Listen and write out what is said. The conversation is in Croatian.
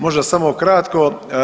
Možda samo kratko.